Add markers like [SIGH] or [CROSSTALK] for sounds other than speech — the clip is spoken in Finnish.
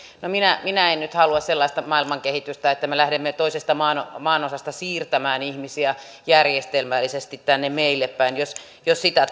no minä en nyt halua sellaista maailman kehitystä että me lähdemme toisesta maanosasta maanosasta siirtämään ihmisiä järjestelmällisesti tänne meille päin jos jos sitä [UNINTELLIGIBLE]